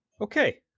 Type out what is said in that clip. Okay